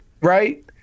right